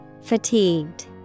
Fatigued